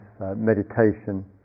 meditation